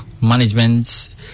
management